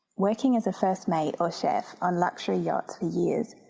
working as a first mate or chef, on luxury yachts for years,